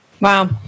Wow